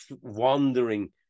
wandering